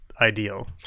ideal